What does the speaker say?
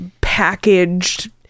packaged